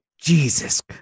Jesus